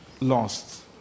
Lost